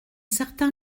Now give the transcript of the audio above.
certain